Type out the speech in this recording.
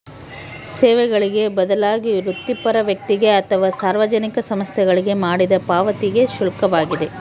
ಸೇವೆಗಳಿಗೆ ಬದಲಾಗಿ ವೃತ್ತಿಪರ ವ್ಯಕ್ತಿಗೆ ಅಥವಾ ಸಾರ್ವಜನಿಕ ಸಂಸ್ಥೆಗಳಿಗೆ ಮಾಡಿದ ಪಾವತಿಗೆ ಶುಲ್ಕವಾಗಿದೆ